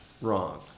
wrong